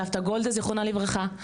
סבתא גולדה זיכרונה לברכה,